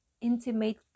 intimate